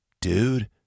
dude